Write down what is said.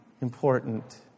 important